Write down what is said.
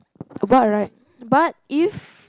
but right but if